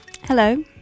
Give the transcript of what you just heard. Hello